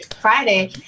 Friday